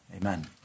Amen